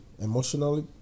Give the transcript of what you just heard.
emotionally